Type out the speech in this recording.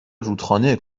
رودخانه